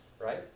right